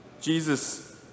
Jesus